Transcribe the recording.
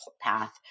path